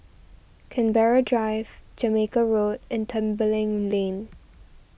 Canberra Drive Jamaica Road and Tembeling Lane